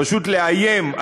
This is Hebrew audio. פשוט לאיים,